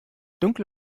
dunkle